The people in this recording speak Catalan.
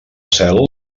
cel